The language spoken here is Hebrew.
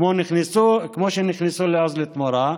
כמו שנכנסו לעוז לתמורה,